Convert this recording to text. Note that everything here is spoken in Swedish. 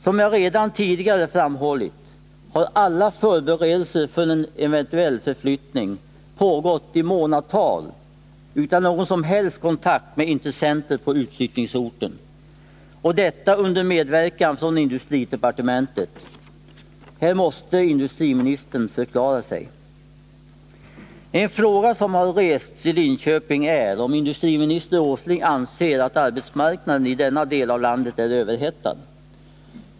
Som jag redan tidigare framhållit har alla förberedelser för en eventuell flyttning pågått i månadtal utan någon som helst kontakt med intressenter på utflyttningsorten — och detta under medverkan från industridepartementet. Här måste industriministern förklara sig! En fråga som har rests i Linköping är om industriminister Åsling anser att arbetsmarknaden i denna del av landet är överhettad.